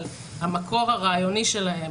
אבל המקור הרעיוני שלהם